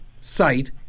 site